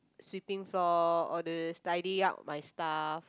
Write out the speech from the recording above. sweeping floor all these tidy up my stuff